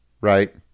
Right